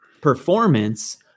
performance